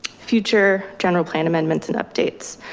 future general plan amendments and updates.